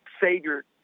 Savior